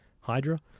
Hydra